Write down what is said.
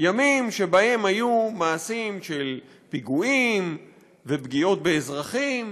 ימים שבהם היו מעשים של פיגועים ופגיעות באזרחים,